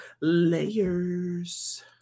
layers